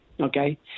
Okay